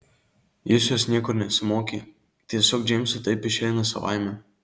jis jos niekur nesimokė tiesiog džeimsui taip išeina savaime